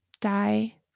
die